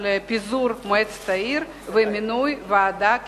פיזור מועצת העיר ומינוי ועדה כמתחייב?